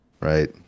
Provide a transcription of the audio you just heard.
right